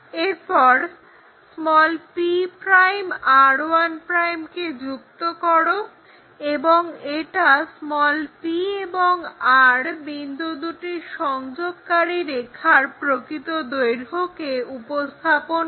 এরপর p' r1' যুক্ত করো এবং এটা p এবং r বিন্দু দুটির সংযোগকারী রেখার প্রকৃত দৈর্ঘ্যকে উপস্থাপন করে